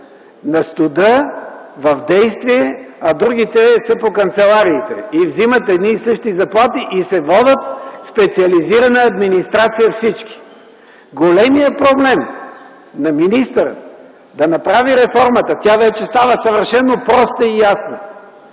на студа, в действие, а другите са по канцелариите и взимат едни и същи заплати, и всички се водят специализирана администрация. Големият проблем на министъра да направи реформата, тя вече става съвършено проста и ясна,